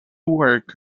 work